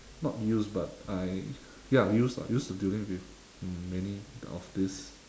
not used but I ya used lah used to dealing with um many of this